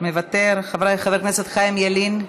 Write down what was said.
מוותר, חבר הכנסת חיים ילין,